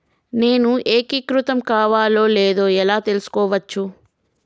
నేను ఏకీకృతం కావాలో లేదో ఎలా తెలుసుకోవచ్చు?